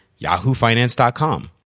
yahoofinance.com